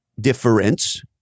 difference